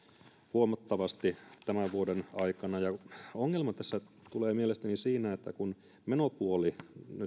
huomattavasti tämän vuoden aikana ongelma tässä tulee mielestäni siinä että kun menopuoli